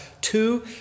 two